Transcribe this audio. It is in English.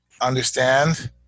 understand